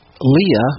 Leah